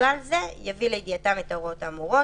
ובכלל זה יביא לידיעתם את ההוראות האמורות